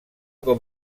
com